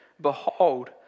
behold